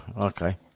okay